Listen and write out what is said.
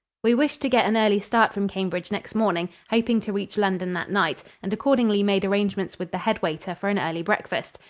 we wished to get an early start from cambridge next morning, hoping to reach london that night, and accordingly made arrangements with the head waiter for an early breakfast.